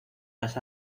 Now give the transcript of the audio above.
las